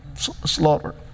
slaughter